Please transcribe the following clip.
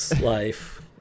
life